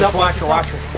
but watch her, watch her.